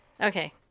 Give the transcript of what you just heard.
Okay